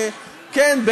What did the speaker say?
כן,